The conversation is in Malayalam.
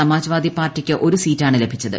സമാജ് വാദി പാർട്ടിക്ക് ഒരു സീറ്റാണ് ലഭിച്ചത്